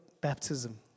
baptism